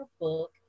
book